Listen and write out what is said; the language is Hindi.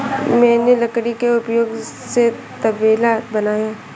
मैंने लकड़ी के उपयोग से तबेला बनाया